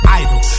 idol